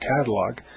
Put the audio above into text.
catalog